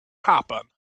happen